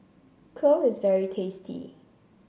Kheer is very tasty